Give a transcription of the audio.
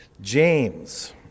James